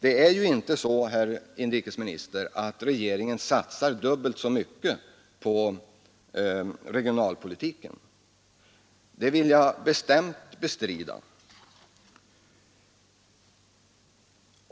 Det är inte så, herr inrikesminister, att regeringen satsar dubbelt så mycket på regionalpolitiken. Det vill jag bestämt bestrida.